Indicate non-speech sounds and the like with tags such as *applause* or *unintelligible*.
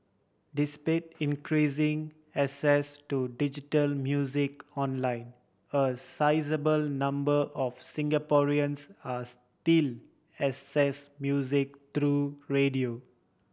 *unintelligible* increasing access to digital music online a sizeable number of Singaporeans are still access music through radio